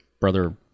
Brother